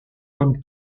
comme